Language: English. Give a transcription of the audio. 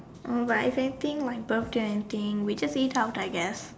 alright if anything my birthday or anything we just eat out I guess